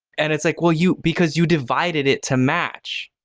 and it's like, well you because you divided it to match.